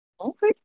okay